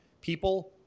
people